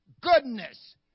goodness